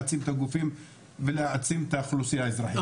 הגופים והאוכלוסייה האזרחית.